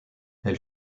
elle